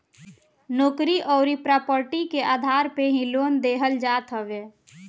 नोकरी अउरी प्रापर्टी के आधार पे ही लोन देहल जात हवे